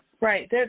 Right